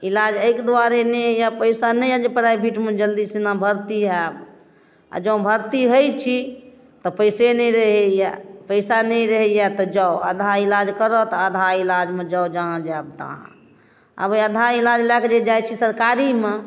इलाज एहिके दुआरे नहि होइए पइसा नहि अइ जे प्राइवेटमे जल्दीसँ भरती हैब आओर जँ भरती होइ छी तऽ पइसे नहि रहैए पइसा नहि रहैए तऽ जाउ आधा इलाज करत आधा इलाजमे जाउ जहाँ जाएब तहाँ आब ओहि आधा इलाज लऽ कऽ जे जाइ छी सरकारीमे